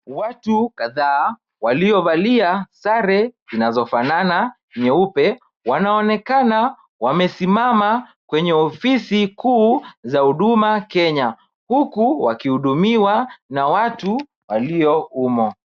Watu kadhaa waliovalia sare zinazofanana nyeupe wanaonekana wamesimama kwenye ofisi kuu za huduma Kenya huku wakihudumiwa na watu walio humo.